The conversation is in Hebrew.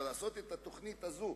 לעשות את התוכנית הזאת,